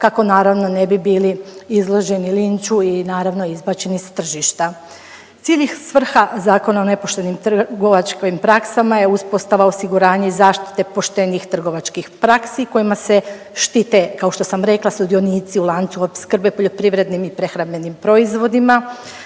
kako naravno, ne bi bili izloženi linču i naravno, izbačeni s tržišta. Cilj i svrha zakona o nepoštenim trgovačkim praksama je uspostava osiguranja i zaštite poštenih trgovačkih praksi kojima se štite, kao što sam rekla, sudionici u lancu opskrbe poljoprivrednim i prehrambenim proizvodima,